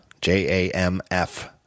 j-a-m-f